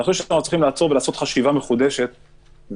אני חושב שאנחנו צריכים לעצור ולעשות חשיבה מחודשת ולהתייחס